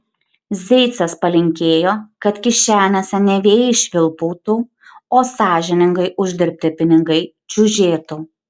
zeicas palinkėjo kad kišenėse ne vėjai švilpautų o sąžiningai uždirbti pinigai čiužėtų